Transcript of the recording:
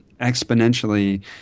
exponentially